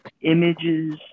images